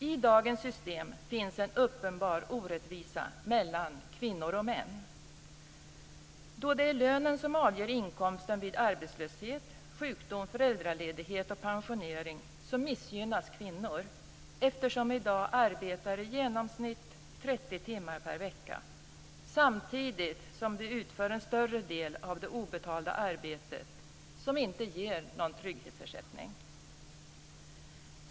I dagens system finns en uppenbar orättvisa mellan kvinnor och män. Då det är lönen som avgör inkomsten vid arbetslöshet, sjukdom, föräldraledighet och pensionering missgynnas kvinnor, eftersom de i dag arbetar i genomsnitt 30 timmar per vecka. Samtidigt utför de en större del av det obetalda arbetet, som inte ger någon trygghetsersättning.